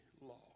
law